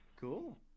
Cool